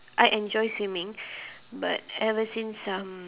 I enjoy swimming but ever since um